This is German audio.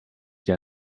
der